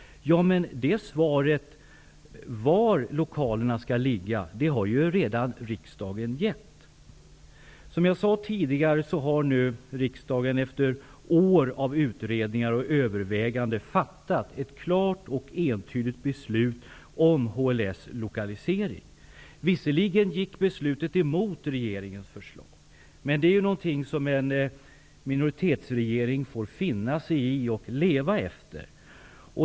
Ja, men svaret på frågan om var lokalerna skall ligga har riksdagen redan gett. Som jag sade, har nu riksdagen efter år av utredningar och överväganden fattat ett klart och entydigt beslut om HLS lokalisering. Visserligen gick beslutet emot regeringens förslag, men det får en minoritetsregering finna sig i och leva efter.